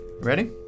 Ready